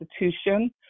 institution